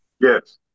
Yes